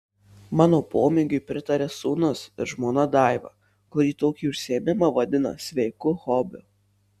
mano pomėgiui pritaria sūnus ir žmona daiva kuri tokį užsiėmimą vadina sveiku hobiu